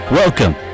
Welcome